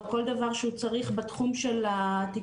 או כל דבר שהוא צריך בתחום של התקשוב,